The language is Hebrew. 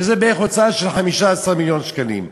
שזה הוצאה של בערך 15 מיליון שקלים.